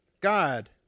God